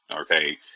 okay